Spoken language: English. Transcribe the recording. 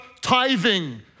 tithing